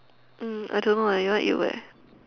mm I don't know eh you want to eat where